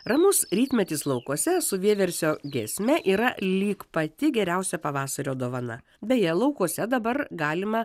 ramus rytmetys laukuose su vieversio giesme yra lyg pati geriausia pavasario dovana beje laukuose dabar galima